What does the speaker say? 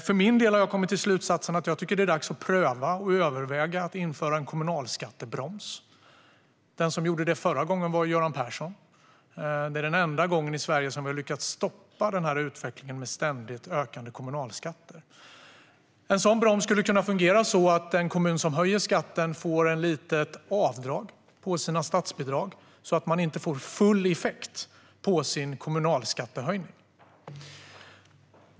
För min del har jag kommit till slutsatsen att det är dags att överväga att införa en kommunalskattebroms. Den som gjorde det förra gången var Göran Persson. Det är den enda gången som vi i Sverige har lyckats stoppa utvecklingen med ständigt ökande kommunalskatter. En sådan broms skulle kunna fungera så att en kommun som höjer skatten får ett litet avdrag på sina statsbidrag, så att man inte får full effekt av sin kommunalskattehöjning.